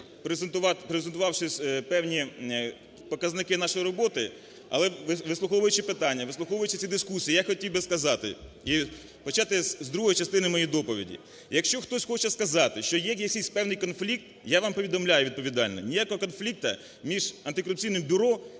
презентувавши певні показники нашої роботи, але вислуховуючи питання, вислуховуючи ці дискусії, я хотів би сказати і почати з другої частини моєї доповіді. Якщо хтось хоче сказати, що є якийсь певний конфлікт, я вам повідомляю відповідально: ніякого конфлікту між Антикорупційним бюро